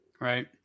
Right